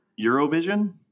Eurovision